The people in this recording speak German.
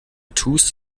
tust